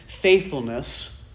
faithfulness